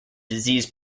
disease